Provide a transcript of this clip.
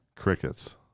Crickets